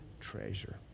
treasure